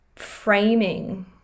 framing